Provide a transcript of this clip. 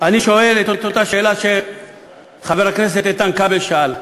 אני שואל את אותה שאלה שחבר הכנסת איתן כבל שאל: